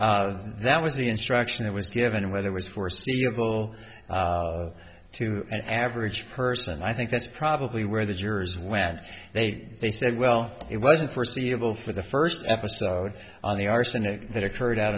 yeah that was the instruction that was given and whether was foreseeable to an average person i think that's probably where the jurors went they'd say said well it wasn't forseeable for the first episode on the arsenic that occurred out